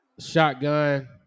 Shotgun